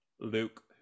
Luke